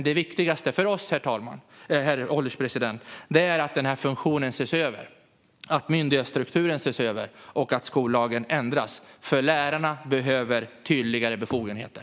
Det viktigaste för oss, herr ålderspresident, är att den här funktionen ses över, att myndighetsstrukturen ses över och att skollagen ändras, för lärarna behöver tydligare befogenheter.